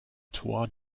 tor